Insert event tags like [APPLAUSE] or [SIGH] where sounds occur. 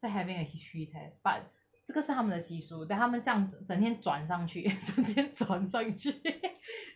在 having a history test but 这个是他们的习俗 then 他们这样子整天转上去 [NOISE] 整天专上去 [LAUGHS] [BREATH]